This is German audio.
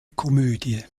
komödie